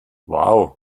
wow